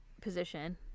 position